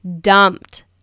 dumped